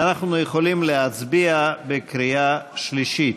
ואנחנו יכולים להצביע בקריאה שלישית.